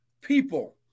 people